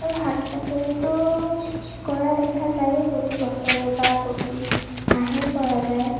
আৰু শাক পাচলিতো কৰা দেখা যায়ে প্ৰতি বছৰে বা প্ৰতি মাহেই কৰা যায়